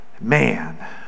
man